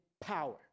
power